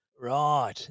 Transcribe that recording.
Right